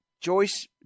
Joyce